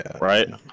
Right